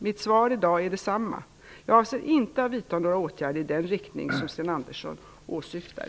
Mitt svar i dag är detsamma - jag avser inte att vidta några åtgärder i den riktning som Sten Andersson åsyftar.